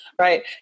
right